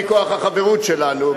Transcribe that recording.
מכוח החברות שלנו,